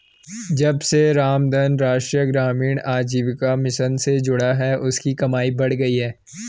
जब से रामधन राष्ट्रीय ग्रामीण आजीविका मिशन से जुड़ा है उसकी कमाई बढ़ गयी है